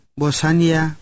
bosanya